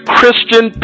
Christian